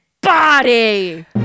body